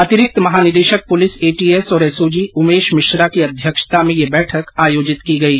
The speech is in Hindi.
अतिरिक्त महानिदेशक पुलिस एटीएस और एसओजी उमेश मित्रा की अध्यक्षता में यह बैठक आयोजित की गई